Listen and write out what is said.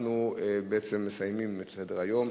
אנחנו בעצם מסיימים את סדר-היום.